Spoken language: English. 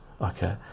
okay